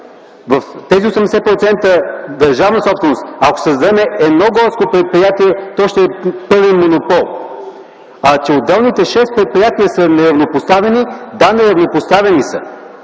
В тези 80% държавна собственост, ако се създаде едно горско предприятие, това ще е пълен монопол! А че отделните шест предприятия са неравнопоставени – да, неравнопоставени са!